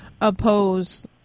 oppose